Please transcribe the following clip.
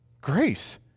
Grace